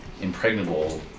impregnable